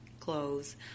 clothes